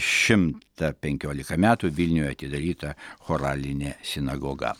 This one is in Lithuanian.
šimtą penkiolika metų vilniuje atidaryta choralinė sinagoga